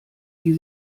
die